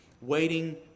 waiting